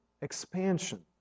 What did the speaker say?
expansion